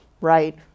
right